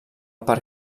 per